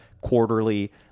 quarterly